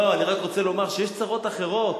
לא, אני רק רוצה לומר שיש צרות אחרות.